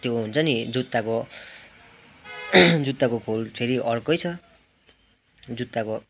त्यो हुन्छ नि जुत्ताको जुत्ताको खोल फेरि अर्कै छ जुत्ताको